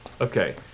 Okay